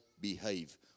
behave